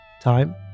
time